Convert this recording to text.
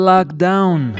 Lockdown